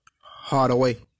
Hardaway